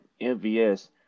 MVS